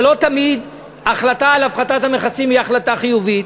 לא תמיד החלטה על הפחתת מכסים היא החלטה חיובית,